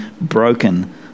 broken